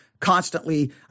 constantly